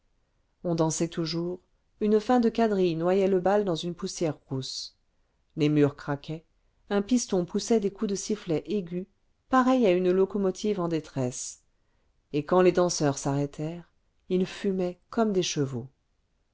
on dansait toujours une fin de quadrille noyait le bal dans une poussière rousse les murs craquaient un piston poussait des coups de sifflet aigus pareil à une locomotive en détresse et quand les danseurs s'arrêtèrent ils fumaient comme des chevaux